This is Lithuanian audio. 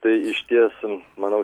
tai iš ties manau